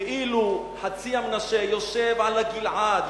ואילו חצי המנשה יושב על הגלעד,